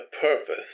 purpose